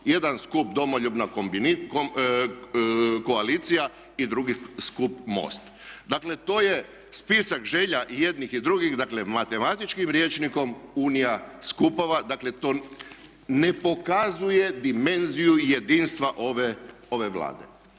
jedan skup Domoljubna koalicija i drugi skup MOST. Dakle to je spisak želja i jednih i drugih, dakle matematičkim rječnikom unija skupova. Dakle to ne pokazuje dimenziju jedinstva ove Vlade.